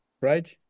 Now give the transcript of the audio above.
right